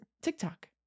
TikTok